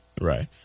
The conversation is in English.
Right